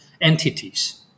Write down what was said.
entities